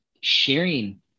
sharing